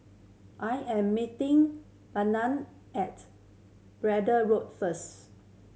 I am meeting at Braddell Road first